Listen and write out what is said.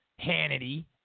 Hannity